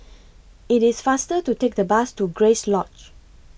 IT IS faster to Take The Bus to Grace Lodge